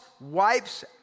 wipes